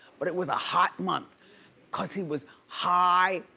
but it was a hot month cause he was high,